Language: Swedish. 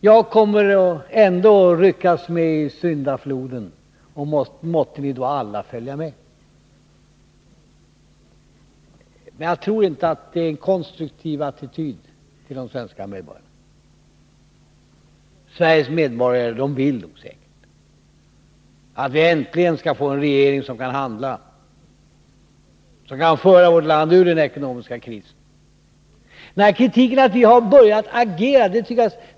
Jag kommer ändå att ryckas med i syndafloden, och måtte vi då alla följa med! Men jag tror inte att det är en konstruktiv attityd till de svenska medborgarna. Sveriges medborgare vill säkert att vi äntligen får en regering som kan handla och föra vårt land ur den ekonomiska krisen. Jag tycker inte att kritiken för att vi har börjat agera är befogad.